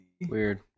Weird